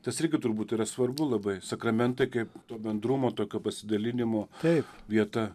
tas irgi turbūt yra svarbu labai sakramentai kaip to bendrumo tokio pasidalinimo taip vieta